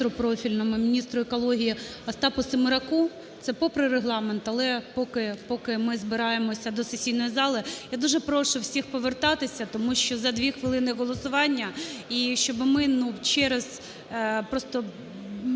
міністру профільному - міністру екології Остапу Семераку. Це попри Регламенту, але поки ми збираємося до сесійної зали. Я дуже прошу всіх повертатися, тому що за 2 хвилини голосування, і щоб ми просто